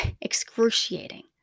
excruciating